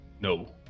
No